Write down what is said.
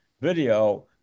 video